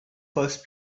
first